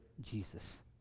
Jesus